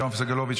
יואב סגלוביץ',